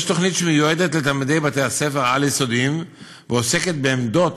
3. יש תוכנית שמיועדת לתלמידי בתי-הספר העל-יסודיים ועוסקת בעמדות